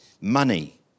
money